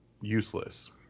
useless